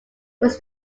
was